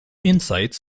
insights